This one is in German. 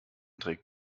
trägt